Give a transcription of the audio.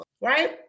right